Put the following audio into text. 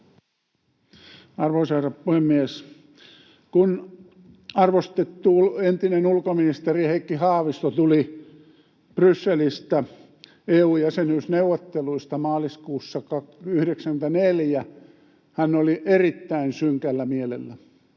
Arvoisa herra puhemies! Kun arvostettu entinen ulkoministeri Heikki Haavisto tuli Brysselistä EU-jäsenyysneuvotteluista maaliskuussa 94, hän oli erittäin synkällä mielellä.